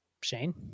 Shane